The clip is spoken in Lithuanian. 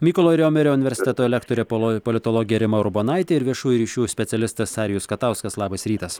mykolo riomerio universiteto lektorė paloi politologė rima urbonaitė ir viešųjų ryšių specialistas arijus katauskas labas rytas